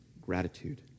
gratitude